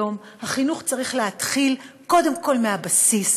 היום החינוך צריך להתחיל קודם כול מהבסיס,